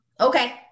Okay